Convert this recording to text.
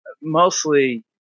mostly